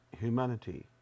humanity